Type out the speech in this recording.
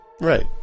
Right